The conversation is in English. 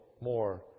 more